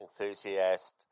enthusiast